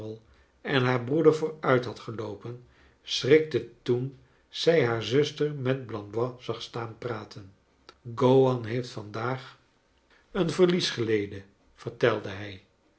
en haar broeder vooruit had geloopen schrikte toen zij haar zuster met blandois zag staan praten gowan heeft vandaag een verlies charles dickens geleden vertelde hij